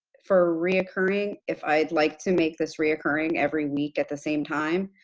for reoccurring if i'd like to make this reoccurring every week at the same time,